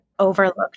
overlooked